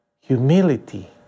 humility